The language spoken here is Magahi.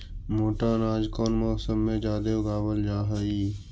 मोटा अनाज कौन मौसम में जादे उगावल जा हई?